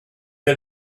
had